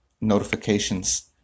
notifications